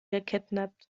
gekidnappt